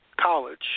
college